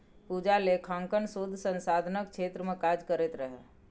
पूजा लेखांकन शोध संधानक क्षेत्र मे काज करैत रहय